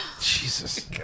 Jesus